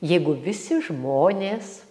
jeigu visi žmonės